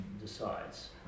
decides